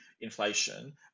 inflation